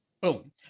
Boom